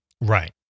Right